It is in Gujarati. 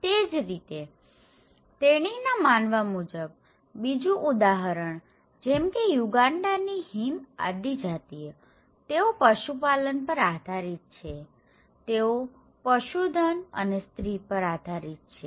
તે જ રીતે તેણીના માનવા મુજબ બીજું ઉદાહરણ જેમકે યુગાન્ડાની હિમ આદિજાતતેઓ પશુપાલન પર આધારીત છેતેઓ પશુધન અને સ્ત્રી પર આધારીત છે